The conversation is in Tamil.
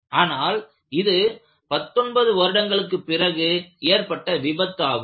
ஆனால் இது 19 வருடங்களுக்குப் பிறகு ஏற்பட்ட விபத்து ஆகும்